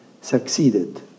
succeeded